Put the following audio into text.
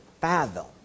fathom